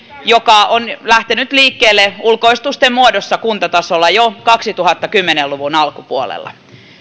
joka on lähtenyt liikkeelle ulkoistusten muodossa kuntatasolla jo kaksituhattakymmenen luvun alkupuolella